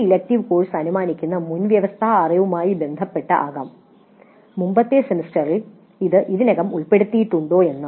ഈ elective course അനുമാനിക്കുന്ന മുൻവ്യവസ്ഥാ അറിവുമായി ഇത് ബന്ധപ്പെട്ട് ആകാം മുമ്പത്തെ സെമസ്റ്ററിൽ ഇത് ഇതിനകം ഉൾപ്പെടുത്തിയിട്ടുണ്ടോ എന്ന്